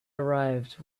arrived